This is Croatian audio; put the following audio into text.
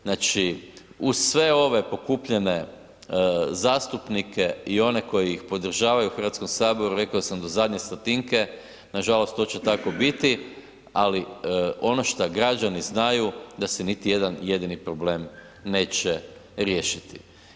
Znači, uz sve ove pokupljene zastupnike i one koji ih podržavaju u Hrvatskom saboru, rekao sam do zadnje stotinke, nažalost to će tako biti, ali ono šta građani znaju da se niti jedan jedini problem neće riješiti.